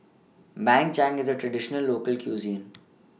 Bak Chang IS A Traditional Local Cuisine